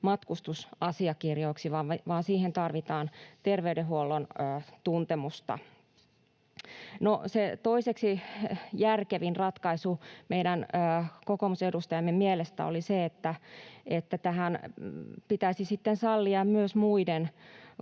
matkustusasiakirjoiksi vaan siihen tarvitaan terveydenhuollon tuntemusta. No, se toiseksi järkevin ratkaisu meidän kokoomusedustajien mielestä oli se, että tässä pitäisi sitten sallia myös muiden